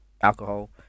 alcohol